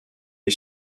est